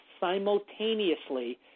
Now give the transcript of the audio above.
simultaneously